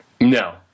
No